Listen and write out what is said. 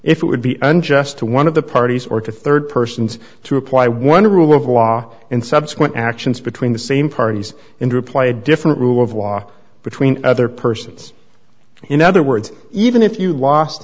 if it would be unjust to one of the parties or to rd persons to apply one rule of law and subsequent actions between the same parties in to apply a different rule of law between other persons in other words even if you lost